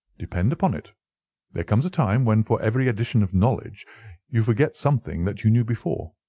depend upon it there comes a time when for every addition of knowledge you forget something that you knew before.